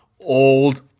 old